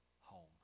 home